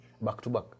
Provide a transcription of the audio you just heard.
back-to-back